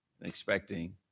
expecting